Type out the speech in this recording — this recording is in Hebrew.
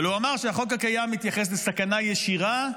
אבל הוא אמר שהחוק הקיים מתייחס לסכנה ישירה,